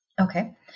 Okay